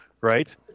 right